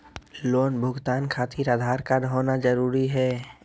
Loan भुगतान खातिर Aadhaar card होना जरूरी है?